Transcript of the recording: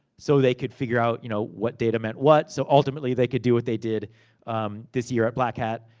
so they could figure out you know what data meant what. so, ultimately they could do what they did this year at black hat,